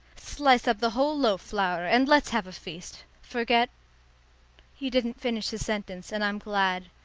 slice up the whole loaf, flower, and let's have a feast. forget he didn't finish his sentence, and i'm glad.